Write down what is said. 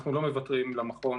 אנחנו לא מוותרים למכון